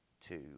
two